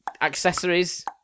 accessories